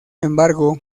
embargo